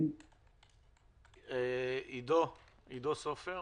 עידו סופר